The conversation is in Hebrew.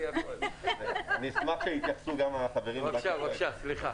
אני אשמח שיתייחסו גם החברים מבנק ישראל.